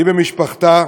היא ומשפחתה.